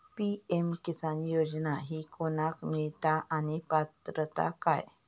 PM किसान योजना ही कोणाक मिळता आणि पात्रता काय?